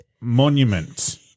monument